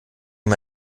ihm